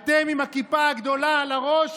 אתם עם הכיפה הגדולה על הראש,